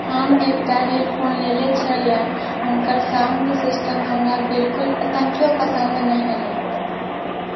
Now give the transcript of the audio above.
हम एकटा हेडफोन लेने छलिअनि हुनकर साउण्ड सिस्टम हमरा बिलकुल तनिकिओ पसन्द नहि अएलै